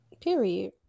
Period